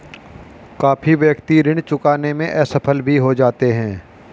काफी व्यक्ति ऋण चुकाने में असफल भी हो जाते हैं